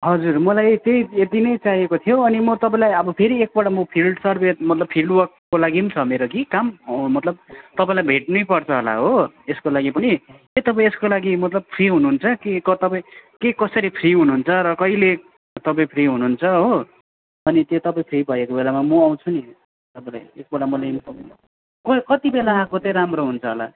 हजुर मलाई त्यही यति नै चाहिएको थियो अनि म तपाईलाई अब फेरि एकपल्ट म फिल्ड सर्वे मतलब फिल्ड वर्कको लागि पनि छ मेरो कि काम मतलब तपाईँलाई भेट्नै पर्छ होला हो यसको लागि पनि के तपाईँ यसको लागि मतलब फ्री हुनुहुन्छ कि क तपाई के कसरी फ्री हुनुहुन्छ र कहिले तपाईँ फ्री हुनुहुन्छ हो अनि चाहिँ तपाईँ फ्री भएको बेलामा म आउँछु नि तपाईँलाई एकपल्ट मैले इन्फर्म को कतिबेला आएको चाहिँ राम्रो हुन्छ होला